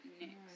next